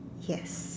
yes